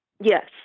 Yes